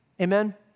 Amen